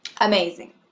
amazing